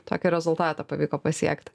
tokį rezultatą pavyko pasiekt